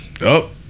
Up